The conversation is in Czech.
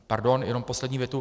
Pardon, jenom poslední větu.